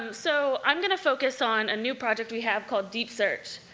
um so i'm gonna focus on a new project we have called deep search,